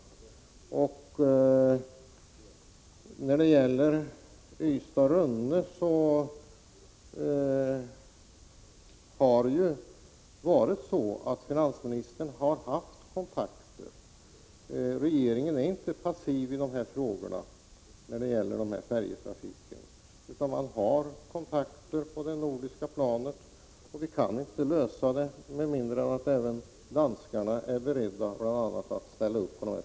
Beträffande färjelinjen Ystad—- Rönne har finansministern haft kontakter på det nordiska planet. Regeringen är inte passiv i frågorna om färjetrafiken. Men vi kan inte lösa frågorna med mindre än att även danskarna är beredda att ställa upp.